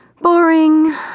Boring